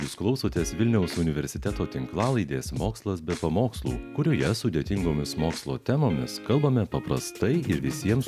jūs klausotės vilniaus universiteto tinklalaidės mokslas be pamokslų kurioje sudėtingomis mokslo temomis kalbame paprastai ir visiems